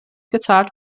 gezahlt